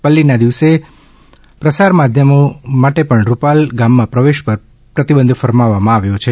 પલ્લીના દિવસે પ્રસાય માધ્યનો માટે પણ રૂપાલ ગામમાં પ્રવેશ પર પ્રતિબંધ ફરમાવવામાં આવ્યો છે